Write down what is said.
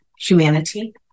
humanity